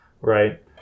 Right